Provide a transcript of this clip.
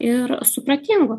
ir supratingu